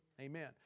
Amen